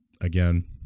again